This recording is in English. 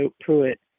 Pruitt